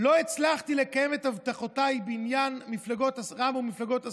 "לא הצלחתי לקיים את הבטחותיי בעניין רע"מ ומפלגות השמאל.